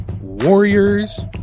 Warriors